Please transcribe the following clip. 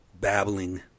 babbling